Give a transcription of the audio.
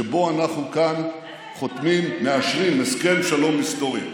שבו אנחנו מאשרים כאן הסכם שלום היסטורי.